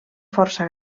força